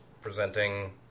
presenting